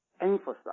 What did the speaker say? emphasize